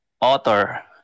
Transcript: author